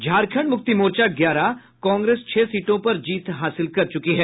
झारखंड मुक्ति मोर्चा ग्यारह कांग्रेस छह सीटों पर जीत हासिल कर च्रकी है